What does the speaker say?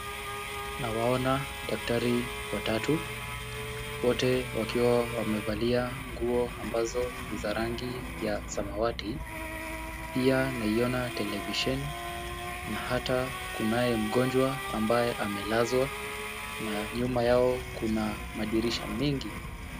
Nawaona daktari watatu. Wote wakiwa wamevalia nguo ambazo ni za rangi ya samawati. Pia naiona televisheni na hata kunaye mgonjwa ambaye amelazwa. Na nyuma yao kuna madirisha mengi.